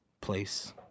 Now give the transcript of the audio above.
place